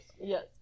Yes